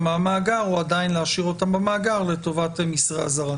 מהמאגר או עדיין להשאיר אותם במאגר לטובת מסרי אזהרה.